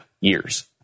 years